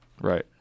right